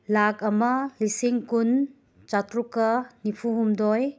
ꯂꯥꯛ ꯑꯃ ꯂꯤꯁꯤꯡ ꯀꯨꯟ ꯆꯥꯇ꯭ꯔꯨꯛꯀ ꯅꯤꯐꯨ ꯍꯨꯝꯗꯣꯏ